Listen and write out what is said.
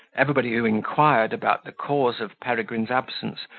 everybody who inquired about the cause of peregrine's absence,